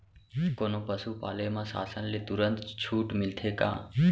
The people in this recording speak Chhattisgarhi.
कोनो पसु पाले म शासन ले तुरंत छूट मिलथे का?